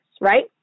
right